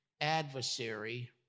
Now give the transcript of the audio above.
adversary